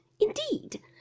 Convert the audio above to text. indeed